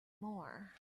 more